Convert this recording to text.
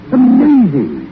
Amazing